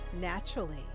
naturally